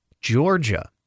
Georgia